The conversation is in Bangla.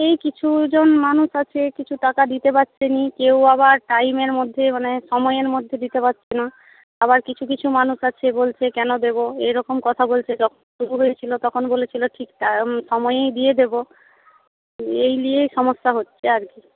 এই কিছুজন মানুষ আছে কিছু টাকা দিতে পারছে না কেউ আবার টাইমের মধ্যে মানে সময়ের মধ্যে দিতে পারছে না আবার কিছু কিছু মানুষ আছে বলছে কেন দেব এইরকম কথা বলছে যখন হয়েছিলো তখন বলেছিলো ঠিক ঠাক সময়েই দিয়ে দেব এই নিয়েই সমস্যা হচ্ছে আর কি